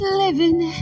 living